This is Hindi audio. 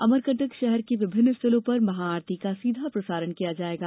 अमरकंटक शहर के विभिन्न स्थलों पर महाआरती का सीधा प्रसारण किया जाएगा